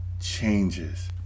changes